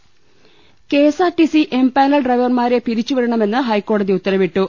ലലലലല K S R T C empanel ഡ്രൈവർമാരെ പിരിച്ചുവിടണമെന്ന് ഹൈക്കോടതി ഉത്തരവിട്ടു